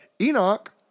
Enoch